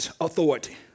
authority